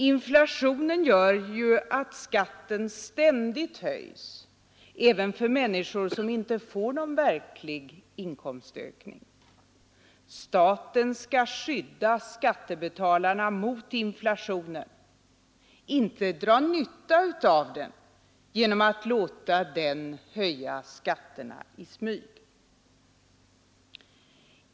Inflationen gör ju att skatten ständigt höjs även för människor som inte får någon verklig inkomstökning. Staten skall skydda skattebetalarna mot inflationen, inte dra nytta av den genom att låta den höja skatterna i smyg.